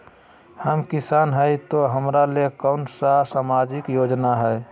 हम किसान हई तो हमरा ले कोन सा सामाजिक योजना है?